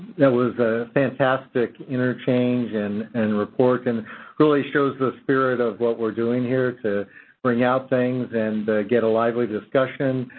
that was a fantastic interchange and and report and really shows the spirit of what we're doing here to bring out things and get a lively discussion.